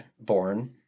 born